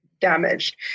damaged